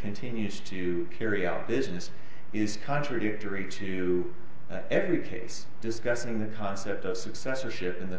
continues to carry our business is contradictory to every case discussing the concept of successorship in the